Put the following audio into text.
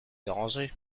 déranger